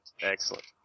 excellent